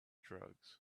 drugs